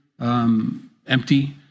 empty